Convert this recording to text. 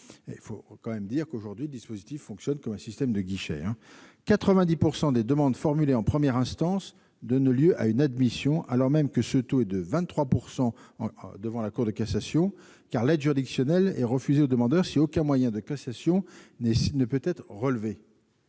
quelques chiffres. Aujourd'hui, le dispositif fonctionne comme un système de guichet : 90 % des demandes formulées en première instance donnent lieu à une admission, alors même que ce taux est de 23 % devant la Cour de cassation, car l'aide juridictionnelle est refusée aux demandeurs si aucun moyen de cassation ne peut être relevé.